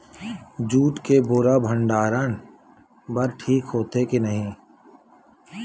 Jute के बोरा भंडारण बर ठीक होथे के नहीं?